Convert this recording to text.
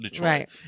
Right